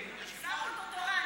אתה שר המדע.